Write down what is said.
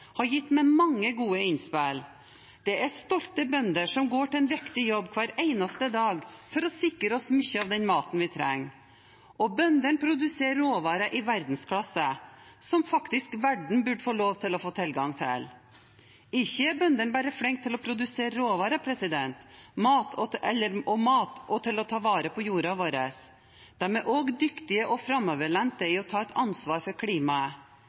har gitt meg mange gode innspill. Det er stolte bønder som går til en viktig jobb hver eneste dag for å sikre oss mye av den maten vi trenger. Bøndene produserer råvarer i verdensklasse, som verden faktisk burde få lov til å få tilgang til. Ikke bare er bøndene flinke til å produsere råvarer og mat og ta vare på jorda vår, de er også dyktige og framoverlente i å ta et ansvar for klimaet.